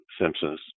Simpsons